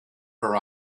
her